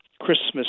Christmas